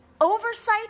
oversight